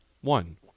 One